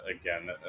Again